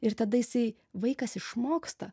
ir tada jisai vaikas išmoksta